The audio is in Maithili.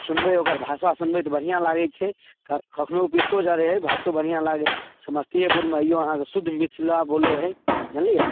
सुनबै ओकर भाषा सुनबै तऽ बढ़िआँ लागै छै कखनहु पित्तो चढ़ै हइ भाषो बढ़िआँ लागै हइ समस्तीएपुरमे अइऔ अहाँके शुद्ध मिथिला बोलै हइ जानलिए